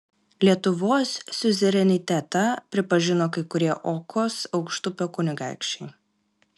lietuvos siuzerenitetą pripažino kai kurie okos aukštupio kunigaikščiai